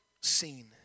seen